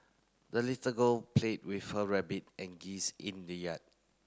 the little girl played with her rabbit and geese in the yard